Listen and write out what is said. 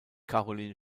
caroline